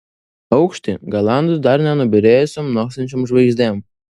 aukštį galandu dar nenubyrėjusiom nokstančiom žvaigždėm